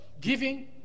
Giving